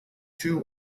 two